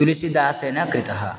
तुलिसिदासेन कृतः